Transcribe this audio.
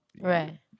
right